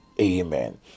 amen